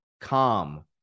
Calm